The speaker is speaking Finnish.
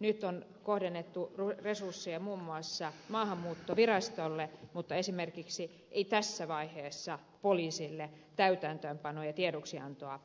nyt on kohdennettu resursseja muun muassa maahanmuuttovirastolle mutta ei esimerkiksi tässä vaiheessa poliisille täytäntöönpanoa ja tiedoksiantoa